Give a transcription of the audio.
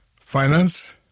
finance